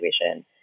situation